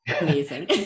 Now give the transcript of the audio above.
Amazing